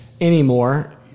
anymore